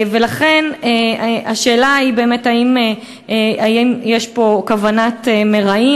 לכן, השאלה היא, האם יש פה כוונת מרעים?